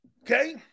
Okay